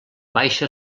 baixa